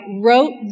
wrote